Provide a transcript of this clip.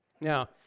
Now